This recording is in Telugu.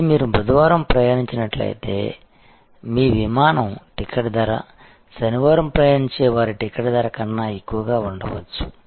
అయితే మీరు బుధవారం ప్రయాణించినట్లయితే మీ విమానం టికెట్ ధరశనివారం ప్రయాణించే వారి టికెట్ ధర కన్నా ఎక్కువగా ఉండవచ్చు